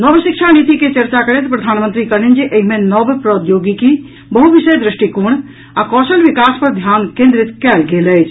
नव शिक्षा नीति के चर्चा करैत प्रधानमंत्री कहलनि जे एहि मे नव प्रौद्योगिकी बहु विषय दृष्टिकोण आ कौशल विकास पर ध्यान केन्द्रीत कयल गेल अछि